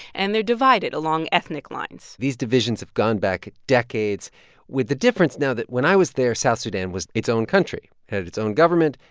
and they're divided along ethnic lines these divisions have gone back decades with the difference now that, when i was there, south sudan was its own country, head of its own government,